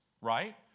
right